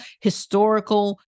historical